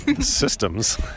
Systems